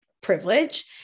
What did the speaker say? privilege